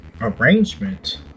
arrangement